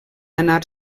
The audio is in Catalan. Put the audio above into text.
anar